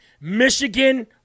Michigan